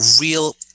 real